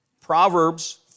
Proverbs